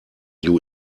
you